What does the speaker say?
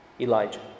Elijah